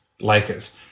Lakers